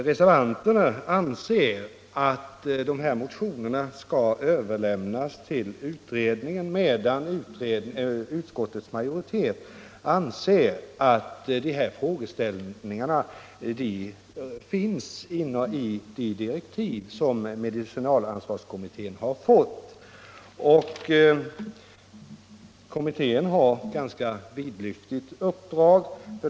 Reservanterna anser att motionerna skall överlämnas till utredningen, medan utskottets majoritet anser att frågorna ingår i de direktiv som medicinalansvarskommittén har fått. Kommittén har ett ganska vidlyftigt uppdrag.